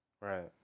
Right